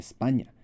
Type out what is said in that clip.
España